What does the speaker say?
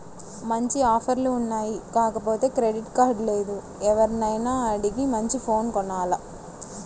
మంచి ఆఫర్లు ఉన్నాయి కాకపోతే క్రెడిట్ కార్డు లేదు, ఎవర్నైనా అడిగి మంచి ఫోను కొనాల